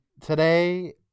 Today